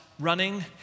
running